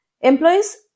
Employees